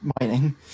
mining